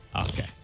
Okay